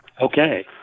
Okay